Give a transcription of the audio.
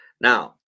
now